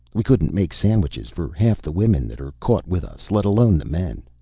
we couldn't make sandwiches for half the women that are caught with us, let alone the men.